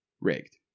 rigged